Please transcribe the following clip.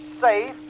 safe